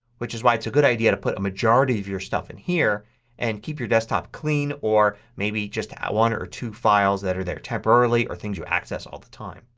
which is why it's a good idea to put the majority of your stuff in here and keep your desktop clean or maybe just have one or two files that are there temporarily or things you access all the time.